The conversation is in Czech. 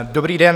Dobrý den.